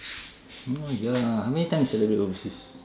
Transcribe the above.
oh ya how many times celebrate overseas